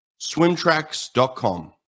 Swimtracks.com